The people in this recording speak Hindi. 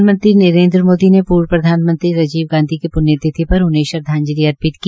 प्रधानमंत्री नरेन्द्र मोदी ने पूर्व प्रधानमंत्री राजीव गांधी की प्ण्यतिथि पर उन्हें श्रद्वाजंलि अर्पित की